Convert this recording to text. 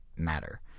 matter